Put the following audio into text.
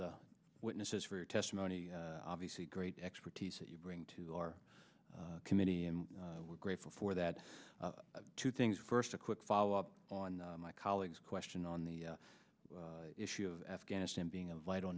the witnesses for testimony obviously great expertise that you bring to our committee and we're grateful for that two things first a quick follow up on my colleague's question on the issue of afghanistan being a vital